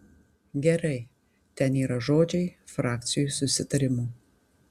gerai ten yra žodžiai frakcijų susitarimu